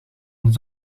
een